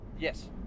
Yes